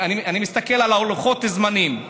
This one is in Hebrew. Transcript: אני מסתכל על לוחות הזמנים.